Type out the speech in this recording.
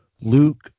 Luke